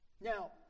Now